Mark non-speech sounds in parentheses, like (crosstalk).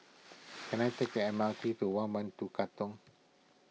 (noise) can I take the M R T to one one two Katong